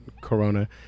corona